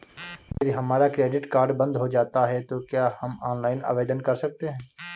यदि हमारा credit card बंद हो जाता है तो क्या हम ऑनलाइन आवेदन कर सकते हैं?